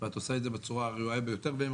ואת עושה את זה בצורה הראויה ביותר והם